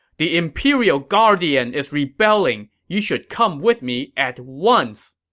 the imperial guardian is rebelling. you should come with me at once.